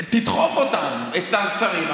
תדחף אותם, את השרים.